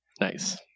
Nice